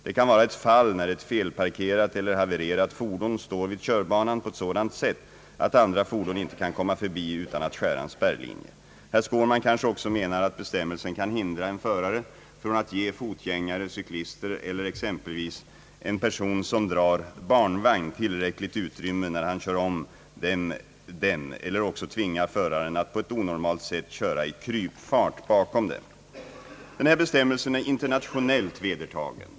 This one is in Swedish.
Det kan vara ett fall när ett felparkerat eller havererat fordon står vid körbanan på ett sådant sätt att andra fordon inte kan komma förbi utan att skära en spärrlinje. Herr Skårman kanske också menar att bestämmelsen kan hindra en förare från att ge fotgängare, cyklister eller exempelvis en person som drar barnvagn tillräckligt utrymme när han kör om dem eller också tvinga föraren att på ett onormalt sätt köra i krypfart bakom dem. Den här bestämmelsen är internationellt vedertagen.